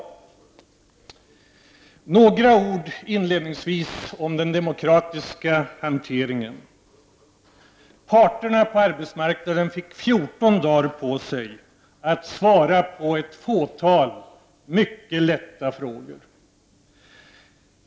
Inledningsvis vill jag säga några ord om den demokratiska hanteringen. Parterna på arbetsmarknaden fick 14 dagar på sig att svara på ett fåtal mycket lätta frågor.